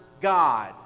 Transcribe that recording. God